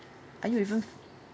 are you ever